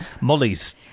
Molly's